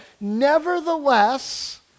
Nevertheless